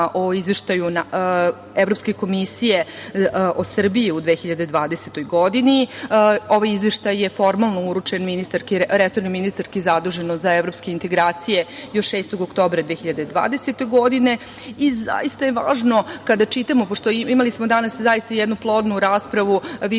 o Izveštaju Evropske komisije o Srbiji u 2020. godini. Ovaj izveštaj je formalno uručen resornoj ministarki zaduženoj za evropske integracije, još 6. oktobra 2020. godine. Zaista je važno kada čitamo, pošto smo imali danas zaista jednu plodnu raspravu, više